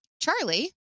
Charlie